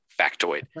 factoid